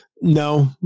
No